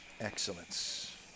Excellence